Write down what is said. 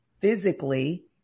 physically